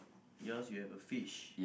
yours you have a fish